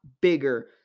bigger